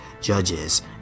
judges